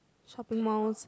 shopping malls